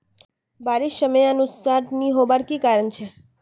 बारिश समयानुसार नी होबार की कारण छे?